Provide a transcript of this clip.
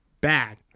bad